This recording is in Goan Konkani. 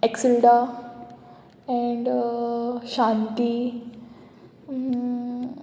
Exilda and Shanti